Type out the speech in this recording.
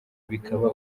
bikaba